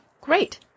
Great